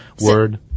word